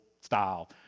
style